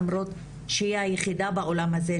למרות שהיא היחידה בעולם הזה,